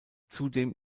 zudem